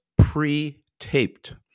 Pre-taped